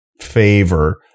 favor